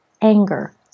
anger